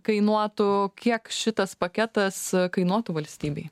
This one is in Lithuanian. kainuotų kiek šitas paketas kainuotų valstybei